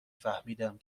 فهمیدم